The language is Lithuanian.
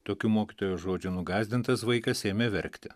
tokių mokytojo žodžių nugąsdintas vaikas ėmė verkti